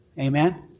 Amen